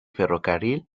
ferrocarril